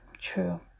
true